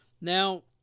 Now